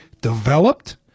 developed